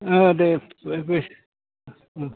अ दे फै फै अ